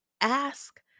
ask